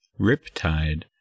Riptide